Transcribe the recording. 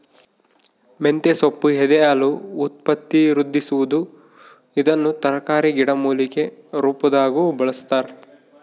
ಮಂತೆಸೊಪ್ಪು ಎದೆಹಾಲು ಉತ್ಪತ್ತಿವೃದ್ಧಿಸುವದು ಇದನ್ನು ತರಕಾರಿ ಗಿಡಮೂಲಿಕೆ ರುಪಾದಾಗೂ ಬಳಸ್ತಾರ